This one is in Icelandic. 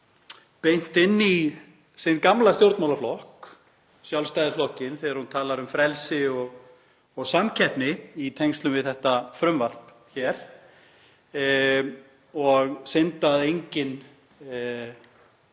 beint inn í sinn gamla stjórnmálaflokk, Sjálfstæðisflokkinn þegar hún talar um frelsi og samkeppni í tengslum við þetta frumvarp og synd að enginn